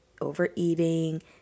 overeating